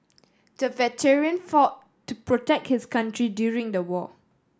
the veteran fought to protect his country during the war